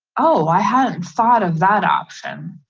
oh, i hadn't thought of that option,